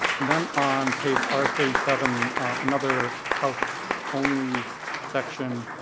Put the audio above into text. then on page r thirty seven another house only section.